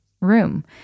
room